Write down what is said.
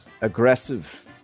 aggressive